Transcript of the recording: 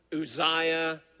Uzziah